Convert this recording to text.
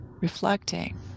reflecting